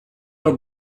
are